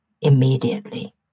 immediately